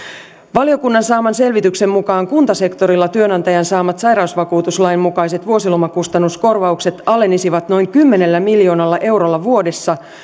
valiokunnan saaman selvityksen mukaan kuntasektorilla työnantajan saamat sairausvakuutuslain mukaiset vuosilomakustannuskorvaukset alenisivat noin kymmenellä miljoonalla eurolla vuodessa